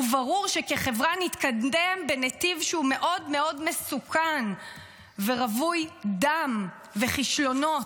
וברור שכחברה נתקדם בנתיב שהוא מאוד מאוד מסוכן ורווי דם וכישלונות.